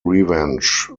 revenge